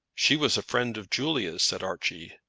she was a friend of julia's, said archie.